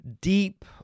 deep